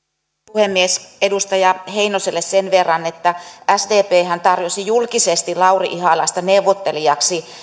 puhemies edustaja heinoselle sen verran että sdphän tarjosi julkisesti lauri ihalaista neuvottelijaksi